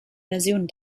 versionen